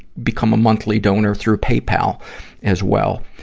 become a monthly donor through paypal as well.